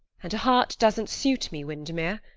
and a heart doesn't suit me, windermere.